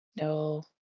No